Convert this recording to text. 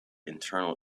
internal